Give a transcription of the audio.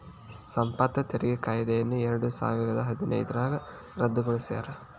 ಸಂಪತ್ತು ತೆರಿಗೆ ಕಾಯ್ದೆಯನ್ನ ಎರಡಸಾವಿರದ ಹದಿನೈದ್ರಾಗ ರದ್ದುಗೊಳಿಸ್ಯಾರ